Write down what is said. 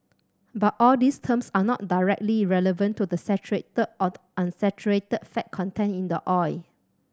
but all these terms are not directly relevant to the saturated or unsaturated fat content in the oil